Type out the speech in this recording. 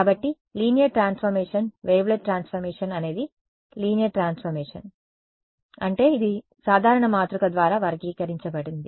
కాబట్టి linear transformation wavelet transformation అనేది linear transformation అంటే ఇది సాధారణ మాతృక ద్వారా వర్గీకరించబడుతుంది